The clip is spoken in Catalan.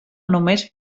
només